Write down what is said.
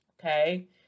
okay